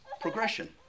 Progression